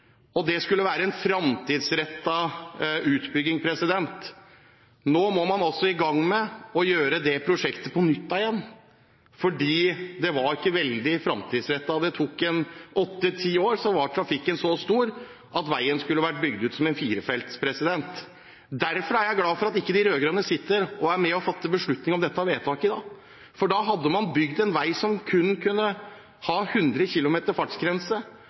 og det skulle være en framtidsrettet utbygging. Nå må man altså i gang med å gjøre det prosjektet på nytt igjen fordi det ikke var veldig framtidsrettet. Det tok åtte–ti år, og så var trafikken så stor at veien skulle vært bygd som en firefelts vei. Derfor er jeg glad for at de rød-grønne ikke sitter og er med og fatter beslutning om dette vedtaket i dag, for da hadde man bygd en vei som kun kunne ha 100 km/t fartsgrense